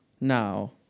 now